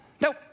nope